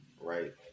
right